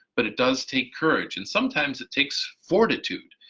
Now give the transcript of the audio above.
but it does take courage, and sometimes it takes fortitude.